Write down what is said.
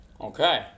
okay